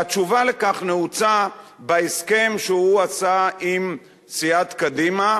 והתשובה לכך נעוצה בהסכם שהוא עשה עם סיעת קדימה,